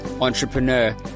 entrepreneur